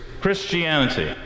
Christianity